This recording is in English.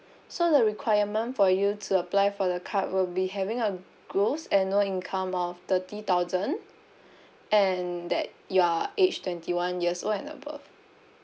so the requirement for you to apply for the card will be having a gross annual income of thirty thousand and that you are age twenty one years old and above